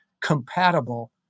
compatible